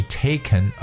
taken